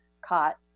caught